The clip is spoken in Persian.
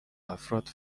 افراد